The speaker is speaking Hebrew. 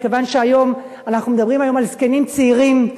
מכיוון שאנחנו מדברים היום על זקנים צעירים,